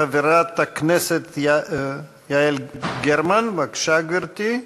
חברת הכנסת יעל גרמן, בבקשה, גברתי.